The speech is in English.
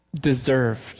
deserved